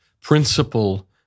principle